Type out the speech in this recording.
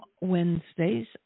Wednesdays